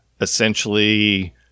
essentially